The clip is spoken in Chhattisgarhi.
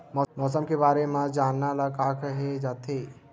मौसम के बारे म जानना ल का कहे जाथे?